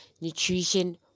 nutrition